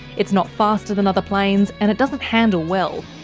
it's not faster than other planes, and it doesn't handle well.